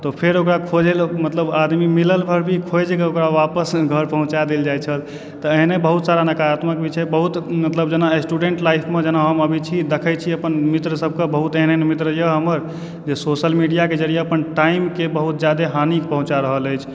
तऽ फेर ओकरा खोजै लऽ मतलब आदमी मिलल पर भी खोजि कऽ ओकरा वापस घर पहुँचाए देल जाइ छल तऽ एहने बहुत सारा नकारात्मक भी छै बहुत मतलब जेना स्टूडेंट लाइफ मे जेना हम अभी छी देखै छी अपन मित्र सब के बहुत एहन एहन मित्र यऽ हमर जे सोशल मीडिया के जरिये अपन टाइम के बहुत जादा हानि पहुंचा रहल अछि